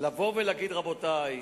לבוא ולהגיד: רבותי,